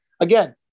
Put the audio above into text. again